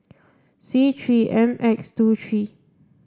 C three M X two three